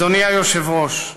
אדוני היושב-ראש,